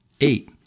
eight